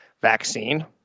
vaccine